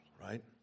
right